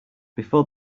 before